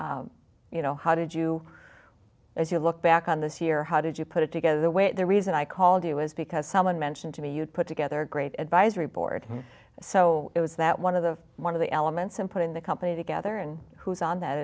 company you know how did you as you look back on this year how did you put it together the way the reason i called you was because someone mentioned to me you'd put together a great advisory board so it was that one of the one of the elements in putting the company together and who's on that